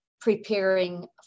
preparing